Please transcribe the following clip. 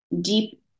deep